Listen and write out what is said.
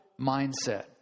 mindset